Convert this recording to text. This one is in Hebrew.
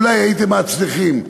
אולי הייתם מצליחים,